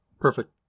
Perfect